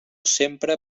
sempre